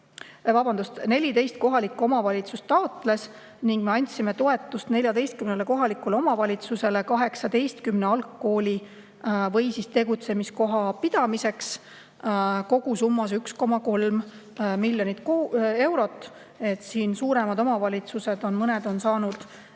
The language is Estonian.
Vabandust! 14 kohalikku omavalitsust taotles ning me andsime toetust 14 kohalikule omavalitsusele 18 algkooli või tegutsemiskoha pidamiseks kogusummas 1,3 miljonit eurot. Mõned suuremad omavalitsused on saanud